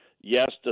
Yes